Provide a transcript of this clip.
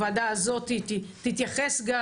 הוועדה הזאתי תתייחס גם,